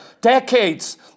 decades